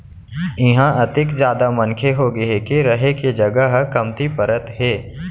इहां अतेक जादा मनखे होगे हे के रहें के जघा ह कमती परत हे